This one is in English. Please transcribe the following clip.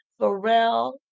Pharrell